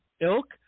ilk